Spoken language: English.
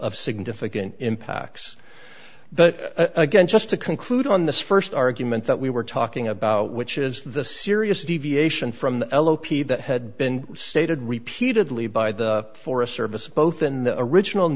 of significant impacts but again just to conclude on the st argument that we were talking about which is the serious deviation from the l o p that had been stated repeatedly by the forest service both in the original